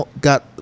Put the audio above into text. got